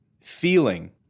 feeling